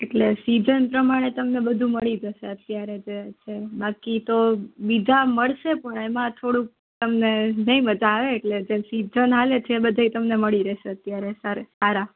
એટલે સિજન પ્રમાણે તમને બધું મળી જશે અત્યારે જે છે બાકી તો બીજા મળશે પણ એમાં થોડુક તમને નહીં મજા આવે એટલે જે સિજન ચાલે છે એ બધાય તમને મળી રહેશે અત્યારે સાર સારા